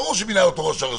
ברור שמינה אותו ראש הרשות,